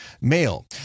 male